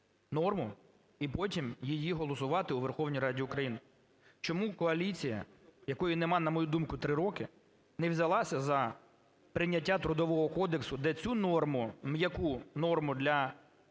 і потім її голосувати у Верховній Раді України? Чому коаліція, якої нема, на мою думку, 3 роки, не взялася за прийняття Трудового кодексу, де цю норму, м'яку норму для